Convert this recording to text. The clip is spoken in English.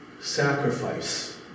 sacrifice